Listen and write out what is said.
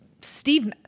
Steve